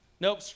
Nope